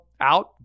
out